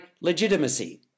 legitimacy